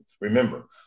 remember